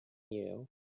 you